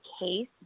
case